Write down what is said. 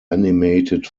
animated